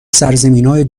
سرزمینای